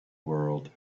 world